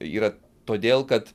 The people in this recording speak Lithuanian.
yra todėl kad